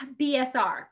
BSR